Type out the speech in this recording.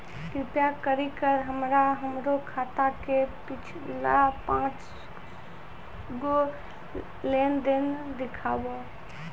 कृपा करि के हमरा हमरो खाता के पिछलका पांच गो लेन देन देखाबो